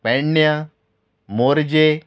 पेडण्यां मोर्जे